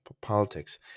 politics